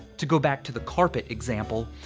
to go back to the carpet example,